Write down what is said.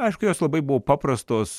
aišku jos labai buvo paprastos